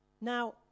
now